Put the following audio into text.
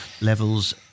levels